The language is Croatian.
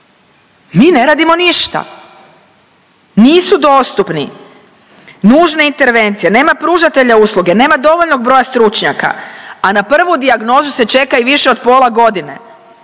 mi ne radimo ništa. Nisu dostupni nužne intervencija, nema pružatelja usluge, nema dovoljnog broja stručnjaka, a na prvu dijagnozu se čeka i više od pola godine,